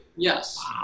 Yes